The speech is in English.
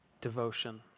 devotion